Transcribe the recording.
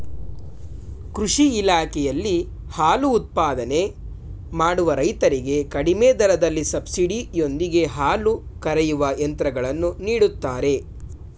ಕೃಷಿ ಇಲಾಖೆಯಲ್ಲಿ ಹಾಲು ಉತ್ಪಾದನೆ ಮಾಡುವ ರೈತರಿಗೆ ಕಡಿಮೆ ದರದಲ್ಲಿ ಸಬ್ಸಿಡಿ ಯೊಂದಿಗೆ ಹಾಲು ಕರೆಯುವ ಯಂತ್ರಗಳನ್ನು ನೀಡುತ್ತಾರೆ